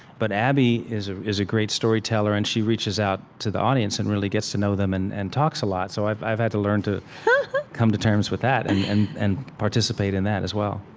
but abby is ah is a great storyteller, and she reaches out to the audience and really gets to know them and and talks a lot. so i've i've had to learn to come to terms with that and and participate in that as well